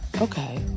Okay